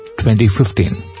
2015